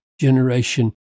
generation